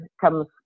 comes